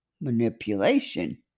manipulation